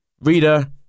Reader